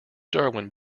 darwin